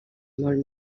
molt